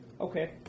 Okay